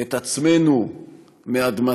את עצמנו מאדמתנו,